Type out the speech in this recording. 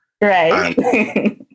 Right